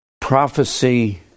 prophecy